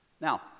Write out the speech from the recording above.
Now